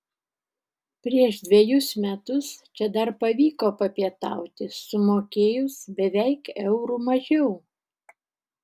prieš dvejus metus čia dar pavyko papietauti sumokėjus beveik euru mažiau